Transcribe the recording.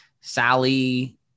Sally